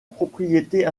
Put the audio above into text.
propriété